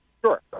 Sure